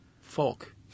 Folk